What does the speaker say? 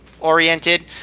oriented